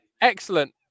excellent